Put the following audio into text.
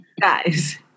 Guys